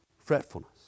fretfulness